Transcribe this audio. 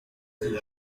dis